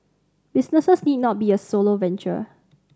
businesses need not be a solo venture